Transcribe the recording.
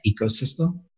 ecosystem